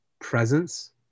presence